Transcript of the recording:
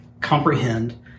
comprehend